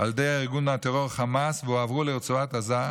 על ידי ארגון הטרור חמאס והועברו לרצועת עזה,